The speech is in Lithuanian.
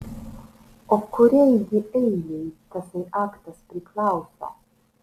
o kuriai gi eilei tasai aktas priklauso